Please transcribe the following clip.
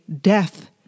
death